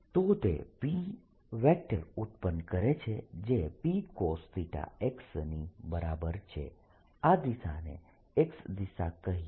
તો તે P ઉત્પન્ન કરે છે જે Pcosx ની બરાબર છે આ દિશાને x દિશા કહીએ